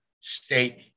State